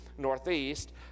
northeast